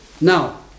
now